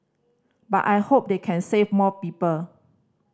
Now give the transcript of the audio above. but I hope they can save more people